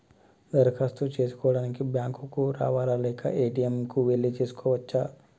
దరఖాస్తు చేసుకోవడానికి బ్యాంక్ కు రావాలా లేక ఏ.టి.ఎమ్ కు వెళ్లి చేసుకోవచ్చా?